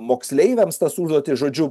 moksleiviams tas užduotis žodžiu